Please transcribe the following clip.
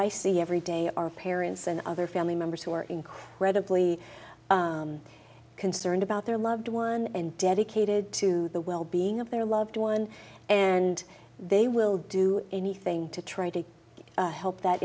i see every day are parents and other family members who are incredibly concerned about their loved one and dedicated to the wellbeing of their loved one and they will do anything to try to help that